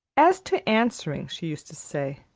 as to answering, she used to say,